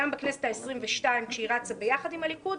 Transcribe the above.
גם בכנסת העשרים-ושתיים כשהיא רצה ביחד עם הליכוד,